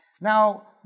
Now